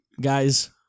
Guys